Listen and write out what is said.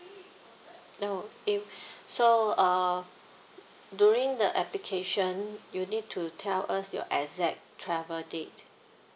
no if so uh during the application you need to tell us your exact travel date